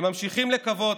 הם ממשיכים לקוות,